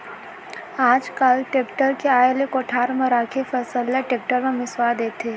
आज काल टेक्टर के आए ले कोठार म राखे फसल ल टेक्टर म मिंसवा देथे